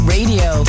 Radio